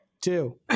two